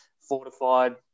fortified